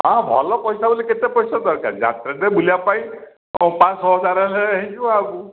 ଆଉ ହଁ ଭଲ ପଇସା ହେଲେ ବୋଲି କେତେ ପଇସା ଦରକାରେ ଯାତ୍ରାରେ ବୁଲିବା ପାଇଁ ପାଞ୍ଚଶହ ହଜାର ହେଲେ ହୋଇଯିବ ଆଉ